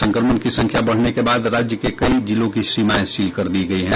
संक्रमण की संख्या बढ़ने के बाद राज्य के कई जिलों की सीमाएं सील कर दी गयी है